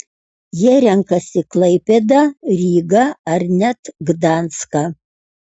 jie renkasi klaipėdą rygą ar net gdanską